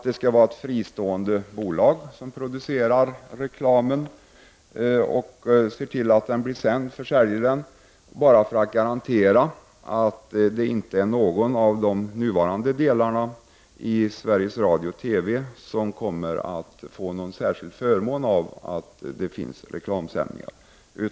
Det skall vara ett fristående bolag som skall sälja reklamtid för att garantera att inte någon av de nuvarande delarna av Sveriges Radio/TV skall få någon särskild fördel av att det finns reklamsändningar.